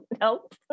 Nope